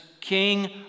king